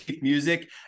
music